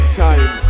time